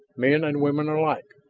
men and women alike.